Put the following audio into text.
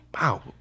Wow